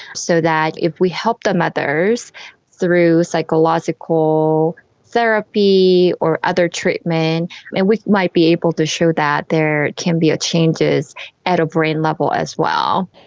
so that if we help the mothers through psychological therapy or other treatment and we might be able to show that they can be changes at a brain level as well.